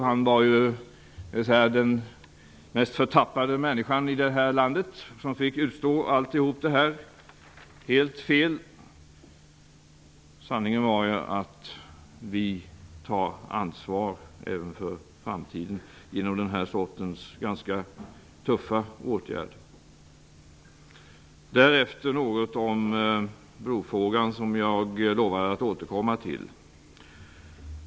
Han var ju den mest förtappade människan i det här landet. Sanningen är ju att vi tar ansvar även för framtiden genom denna ganska tuffa åtgärd. Låt mig därefter säga något om brofrågan. Jag lovade att återkomma till den.